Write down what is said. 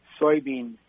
soybean